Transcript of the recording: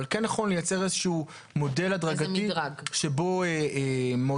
אבל כן נכון לייצר איזשהו מודל הדרגתי שבו מעודדים